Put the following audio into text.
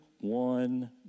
one